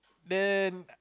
then